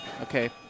Okay